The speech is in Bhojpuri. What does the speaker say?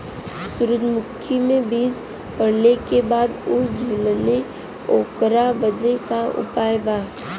सुरजमुखी मे बीज पड़ले के बाद ऊ झंडेन ओकरा बदे का उपाय बा?